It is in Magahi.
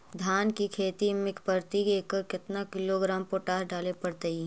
धान की खेती में प्रति एकड़ केतना किलोग्राम पोटास डाले पड़तई?